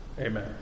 Amen